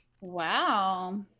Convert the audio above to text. Wow